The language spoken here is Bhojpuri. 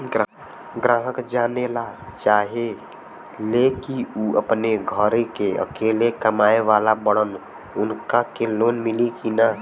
ग्राहक जानेला चाहे ले की ऊ अपने घरे के अकेले कमाये वाला बड़न उनका के लोन मिली कि न?